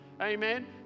amen